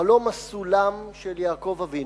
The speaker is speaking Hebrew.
חלום הסולם של יעקב אבינו,